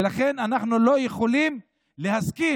ולכן אנחנו לא יכולים להסכים